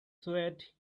swayed